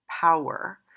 power